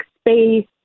space